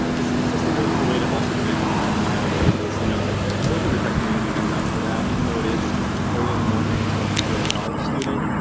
um it's it's just a really cool way to also connect with alumni on campus. you know that so much of the tech community comes out for that even though it is early in the morning especially for college student.